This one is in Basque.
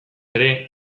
ere